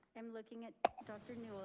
i'm looking at dr.